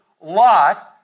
Lot